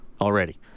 already